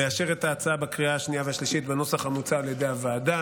לאשר את ההצעה בקריאה השנייה והשלישית בנוסח המוצע על ידי הוועדה.